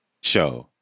Show